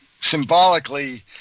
symbolically